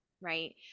right